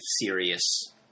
serious